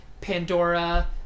Pandora